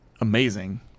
amazing